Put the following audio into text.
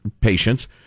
patients